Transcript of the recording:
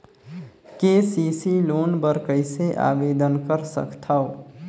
KCC loan बर कइसे आवेदन कर सकथव?